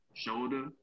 shoulder